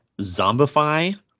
zombify